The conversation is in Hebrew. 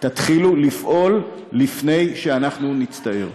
תתחילו לפעול לפני שאנחנו נצטער.